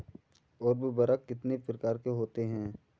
उर्वरक कितनी प्रकार के होते हैं?